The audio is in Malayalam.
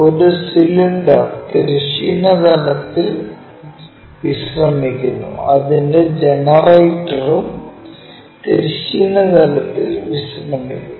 ഒരു സിലിണ്ടർ തിരശ്ചീന തലത്തിൽ വിശ്രമിക്കുന്നു അതിന്റെ ജനറേറ്ററും തിരശ്ചീന തലത്തിൽ വിശ്രമിക്കുന്നു